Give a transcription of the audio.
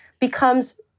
becomes